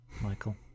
Michael